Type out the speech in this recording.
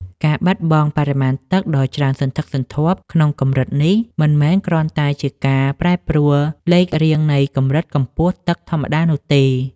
ការបាត់បង់បរិមាណទឹកដ៏ច្រើនសន្ធឹកសន្ធាប់ក្នុងកម្រិតនេះ មិនមែនគ្រាន់តែជាការប្រែប្រួលលេខរៀងនៃកម្រិតកម្ពស់ទឹកធម្មតានោះទេ។